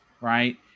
right